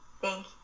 Thank